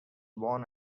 born